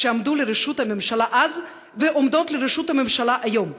שעמדו לרשות הממשלה אז ועומדות לרשות הממשלה היום.